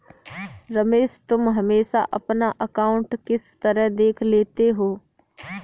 रमेश तुम हमेशा अपना अकांउट किस तरह देख लेते हो?